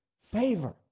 favor